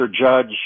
Judge